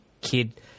kid